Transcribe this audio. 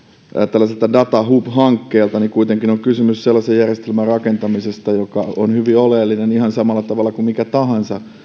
tällaiselta datahub hankkeelta kuitenkin on kysymys sellaisen järjestelmän rakentamisesta joka on hyvin oleellinen ihan samalla tavalla kuin mikä tahansa